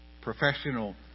professional